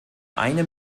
eine